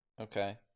Okay